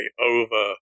over